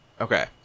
Okay